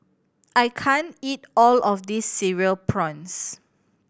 I can't eat all of this Cereal Prawns